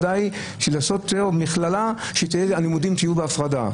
או מכללה בה הלימודים יהיו בהפרדה.